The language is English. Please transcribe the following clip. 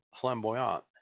Flamboyant